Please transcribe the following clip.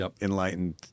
enlightened